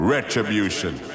Retribution